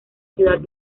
ciudad